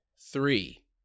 Three